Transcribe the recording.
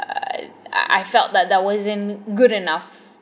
I I I felt that that wasn’t good enough